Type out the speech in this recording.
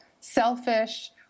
selfish